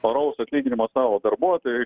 oraus atlyginimo savo darbuotojui